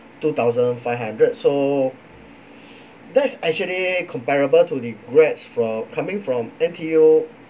two thousand five hundred so that's actually comparable to the grads from coming from N_T_U